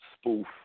spoof